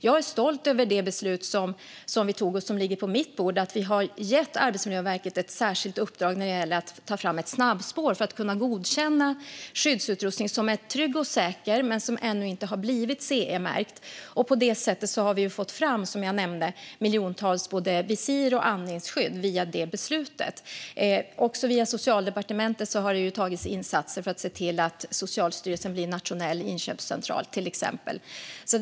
Jag är stolt över det beslut som vi tog, och som ligger på mitt bord, om att ge Arbetsmiljöverket ett särskilt uppdrag att ta fram ett snabbspår för att kunna godkänna skyddsutrustning som är trygg och säker men som ännu inte har blivit CE-märkt. Via det beslutet har vi, som jag nämnde, fått fram miljontals både visir och andningsskydd. Det har också gjorts insatser för att se till att Socialstyrelsen blir nationell inköpscentral, till exempel.